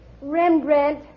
Rembrandt